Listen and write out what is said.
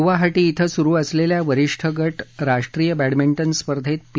गुवाहाटी क्विं सुरु असलेल्या वरीष्ठ गट राष्ट्रीय बॅडमिंटन स्पर्धेत पी